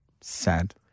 sad